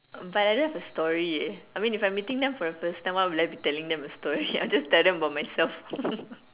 but I don't have a story I mean if I'm meeting them for the first time why would I be telling them a story I'll just tell them about myself